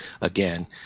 again